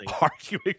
arguing